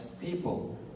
people